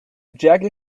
jacket